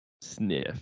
Sniff